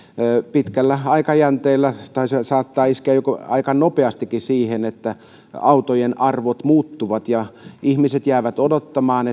pitkällä aikajänteellä tai se saattaa iskeä aika nopeastikin siihen autojen arvot muuttuvat ja ihmiset jäävät odottamaan